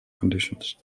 conditions